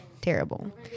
Terrible